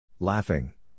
Laughing